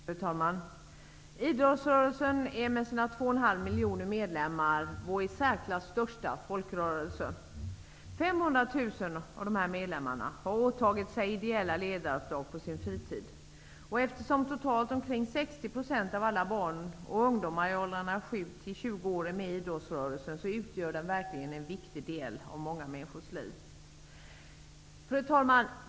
Fru talman! Idrottsrörelsen är med sina 2,5 miljoner medlemmar vår i särklass största folkrörelse. 500 000 av dessa har åtagit sig ideella ledaruppdrag på sin fritid. Eftersom totalt omkring 60 % av alla barn och ungdomar i åldrarna 7--20 år är med i idrottsrörelsen utgör den en viktig del av många människors liv. Fru talman!